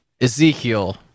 Ezekiel